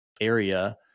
area